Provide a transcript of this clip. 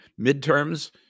midterms